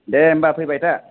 दे होमबा फैबाय था